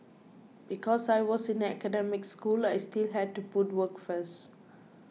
because I was in an academic school I still had to put work first